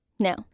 No